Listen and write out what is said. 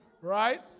Right